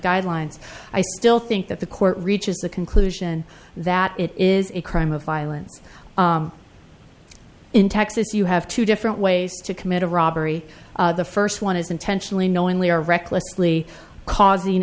guidelines i still think that the court reaches the conclusion that it is a crime of violence in texas you have two different ways to commit a robbery the first one is intentionally knowingly or recklessly causing